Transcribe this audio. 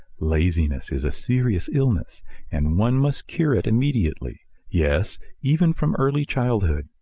laziness is a serious illness and one must cure it immediately yes, even from early childhood.